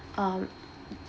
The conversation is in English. um